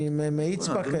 אני מאיץ בכם.